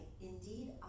indeed